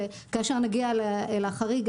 שכאשר נגיע לחריג,